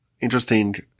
interesting